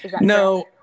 No